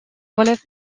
relève